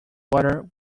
water